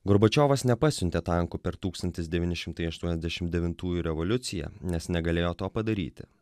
gorbačiovas nepasiuntė tankų per tūkstantis devyni šimtai aštuoniasdešim devintųjų revoliuciją nes negalėjo to padaryti